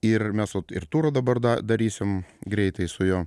ir mes ir turą dabar darysim greitai su juo